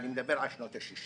אני מדבר על שנות ה-60,